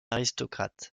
aristocrate